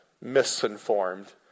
misinformed